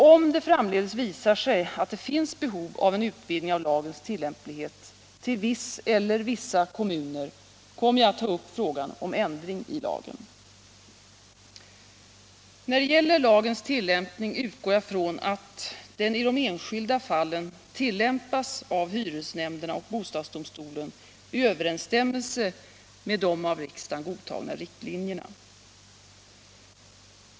Om det framdeles visar sig att det finns behov av en utvidgning av lagens tillämplighet till viss eller vissa kommuner kommer jag att ta upp frågan om ändring i lagen. När det gäller lagens tillämpning utgår jag från att den i de enskilda fallen tillämpas av hyresnämnderna och bostadsdomstolen i överensstämmelse med de av riksdagen godtagna riktlinjerna.